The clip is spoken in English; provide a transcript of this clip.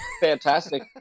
fantastic